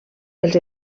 els